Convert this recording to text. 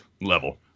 level